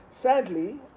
sadly